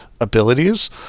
abilities